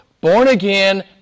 born-again